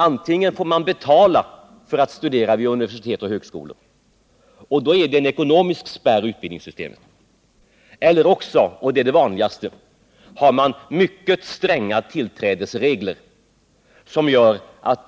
Antingen får man betala för att studera vid universitet och högskolor, och då är det en ekonomisk spärr i utbildningssystemet, eller också, och det är det vanligaste, är det mycket stränga tillträdesregler som gör att